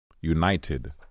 United